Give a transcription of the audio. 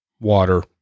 Water